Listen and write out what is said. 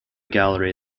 gallery